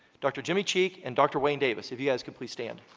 dr. jimmy cheek, and dr. wayne davis. if you guys could please stand.